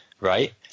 right